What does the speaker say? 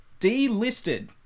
delisted